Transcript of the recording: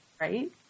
right